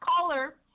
caller